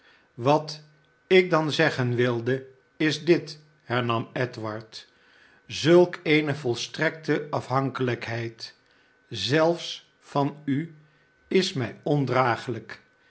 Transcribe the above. twat ik dan zeggen wilde is lit hernam edward zulk eene yolstrekte afhankelijkheid zelfs van u is mij ondragelijk